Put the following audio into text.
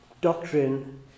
doctrine